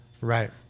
right